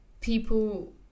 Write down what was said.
people